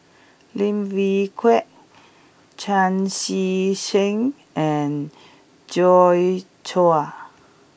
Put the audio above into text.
Lim Wee Kiak Chan Chee Seng and Joi Chua